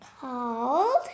called